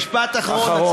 משפט אחרון, אחרון.